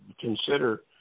consider